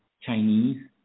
Chinese